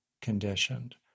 Conditioned